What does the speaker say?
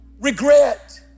regret